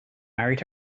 married